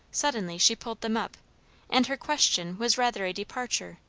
suddenly she pulled them up and her question was rather a departure,